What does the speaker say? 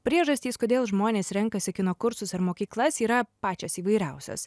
priežastys kodėl žmonės renkasi kino kursus ar mokyklas yra pačios įvairiausios